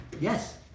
yes